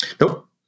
Nope